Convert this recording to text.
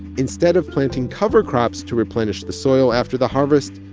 instead of planting cover crops to replenish the soil after the harvest,